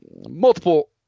multiple